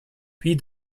puis